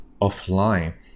offline